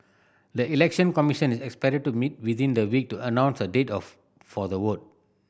the Election Commission is expected to meet within the week to announce a date of for the vote